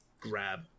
grab